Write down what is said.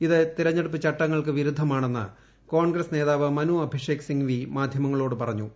ഇത് തെരഞ്ഞെടുപ്പ് ചട്ടങ്ങൾക്ക് വിരുദ്ധമാണെന്ന് കോൺഗ്രസ് നേതാവ് മനു അഭിഷേക് സിംഗ്വി മാധ്യമങ്ങളോട് പറഞ്ഞു